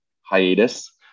hiatus